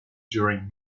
during